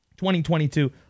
2022